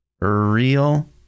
Real